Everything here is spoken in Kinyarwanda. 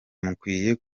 mukwiye